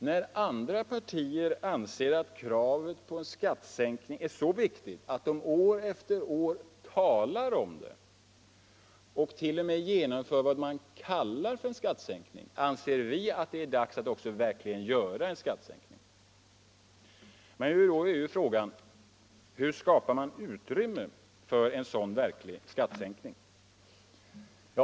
När andra partier anser att kravet på en skattesänkning är så viktigt att de år efter år talar om det och t.o.m. genomför vad man kallar en skattesänkning, anser vi att det är dags att också verkligen göra en skattesänkning. Hur skapar man då utrymme för en verklig skattesänkning?